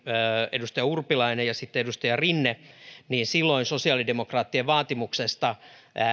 edustaja urpilainen ja sitten edustaja rinne ja silloin sosiaalidemokraattien vaatimuksesta